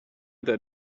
that